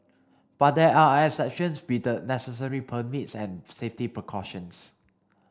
but there are exceptions with the necessary permits and safety precautions